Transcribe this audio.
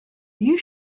you